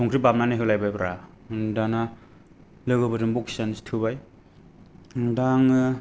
संख्रि बाबनानै होलायनाय ब्रा दाना लोगोफोरजों बखिजानोसो थोबाय दा आङो